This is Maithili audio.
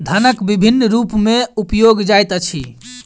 धनक विभिन्न रूप में उपयोग जाइत अछि